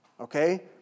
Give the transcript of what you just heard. okay